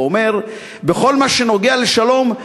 ואומר: בכל מה שקשור לשלום,